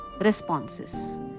responses